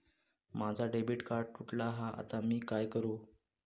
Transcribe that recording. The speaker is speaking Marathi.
माझा डेबिट कार्ड तुटला हा आता मी काय करू?